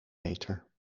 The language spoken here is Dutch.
meter